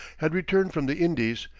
had returned from the indies,